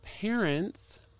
parents